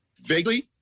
Vaguely